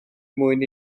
mwyn